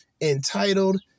entitled